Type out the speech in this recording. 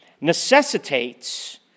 necessitates